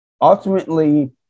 ultimately